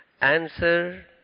Answer